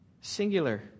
Singular